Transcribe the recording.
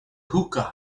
hookah